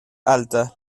altas